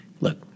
Look